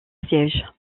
siège